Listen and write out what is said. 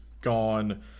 gone